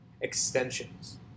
extensions